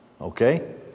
okay